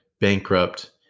bankrupt